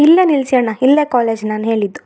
ಹಾಂ ಇಲ್ಲೇ ನಿಲ್ಸಿ ಅಣ್ಣ ಇಲ್ಲೇ ಕಾಲೇಜ್ ನಾನು ಹೇಳಿದ್ದು